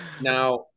Now